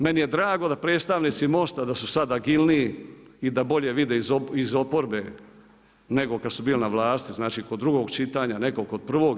Meni je drago da predstavnici MOST-a da su sada agilniji i da bolje vide iz oporbe, nego kad su bili na vlasti, znači kod drugog čitanja, nekog kod prvog.